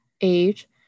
age